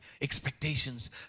expectations